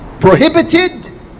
prohibited